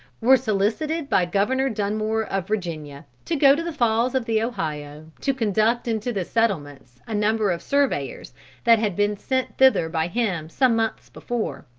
were solicited by governor dunmore of virginia, to go to the falls of the ohio to conduct into the settlements a number of surveyors that had been sent thither by him some months before,